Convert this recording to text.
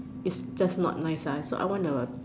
its just not nice so I want the